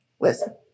Listen